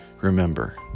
remember